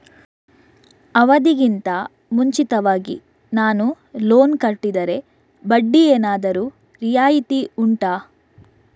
ಅವಧಿ ಗಿಂತ ಮುಂಚಿತವಾಗಿ ನಾನು ಲೋನ್ ಕಟ್ಟಿದರೆ ಬಡ್ಡಿ ಏನಾದರೂ ರಿಯಾಯಿತಿ ಉಂಟಾ